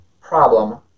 problem